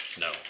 No